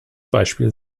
beispiel